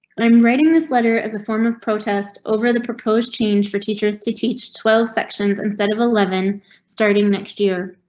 i'm writing this letter as a form of protest over the proposed change for teachers to teach twelve sections instead of eleven starting next year.